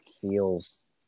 feels